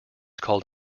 called